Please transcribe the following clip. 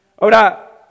Ahora